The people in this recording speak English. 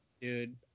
Dude